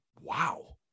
Wow